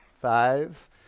Five